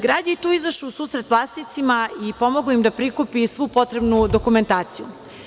Grad je tu izašao u susret vlasnicima i pomogao im da prikupe svu potrebnu dokumentaciju.